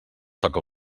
toca